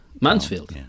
Mansfield